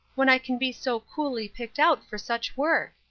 when i can be so coolly picked out for such work?